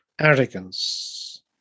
arrogance